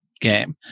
game